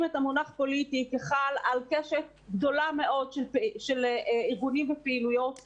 את המונח "פוליטי" כחל על קשת גדולה מאוד של ארגונים ופעילויות,